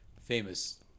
famous